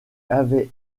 avait